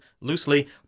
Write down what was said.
loosely